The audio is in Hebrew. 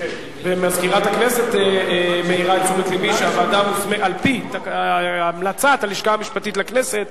מזכירת הכנסת מעירה את תשומת לבי שעל-פי המלצת הלשכה המשפטית לכנסת,